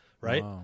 right